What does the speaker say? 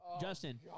Justin